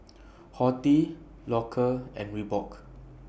Horti Loacker and Reebok